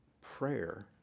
prayer